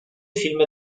filmy